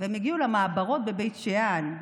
והן הגיעו למעברות בבית שאן.